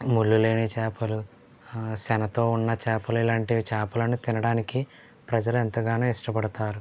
ముళ్ళు లేని చేపలు సొనతో ఉన్న చేపలు ఇలాంటి చేపలను తినడానికి ప్రజలు ఎంతగానో ఇష్టపడుతారు